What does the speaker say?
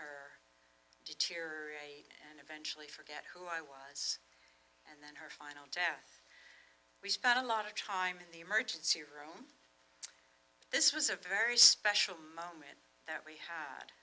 her deteriorate and eventually forget who i was and then her final task we spent a lot of time in the emergency room this was a very special moment that we had